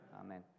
Amen